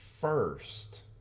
first